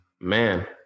Man